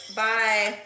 bye